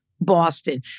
Boston